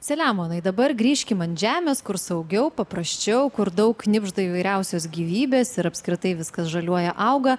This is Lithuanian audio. selemonai dabar grįžkim ant žemės kur saugiau paprasčiau kur daug knibžda įvairiausios gyvybės ir apskritai viskas žaliuoja auga